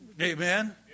Amen